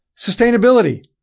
Sustainability